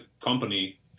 company